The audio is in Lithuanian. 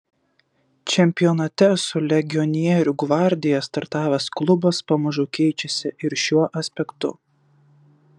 čempionate su legionierių gvardija startavęs klubas pamažu keičiasi ir šiuo aspektu